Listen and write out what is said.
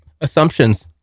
Assumptions